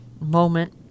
moment